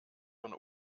von